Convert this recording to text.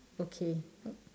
okay